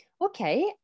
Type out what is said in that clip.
okay